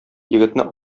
егетне